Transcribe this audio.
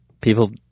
people